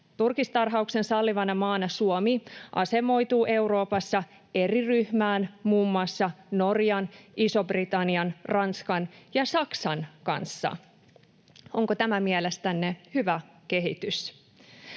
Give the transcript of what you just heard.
Turkistarhauksen sallivana maana Suomi asemoituu Euroopassa eri ryhmään muun muassa Norjan, Ison-Britannian, Ranskan ja Saksan kanssa. Onko tämä mielestänne hyvä kehitys?